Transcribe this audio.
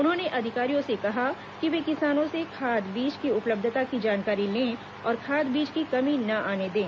उन्होंने अधिकारियों से कहा कि वे किसानों से खाद बीज की उपलब्धता की जानकारी लें और खाद बीज की कमी न आने दें